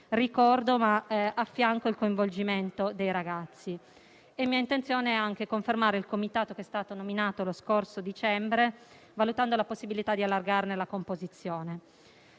ricordo e coinvolgimento dei ragazzi. È mia intenzione anche confermare il comitato che è stato nominato lo scorso dicembre, valutando la possibilità di allargarne la composizione.